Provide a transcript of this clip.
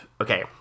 Okay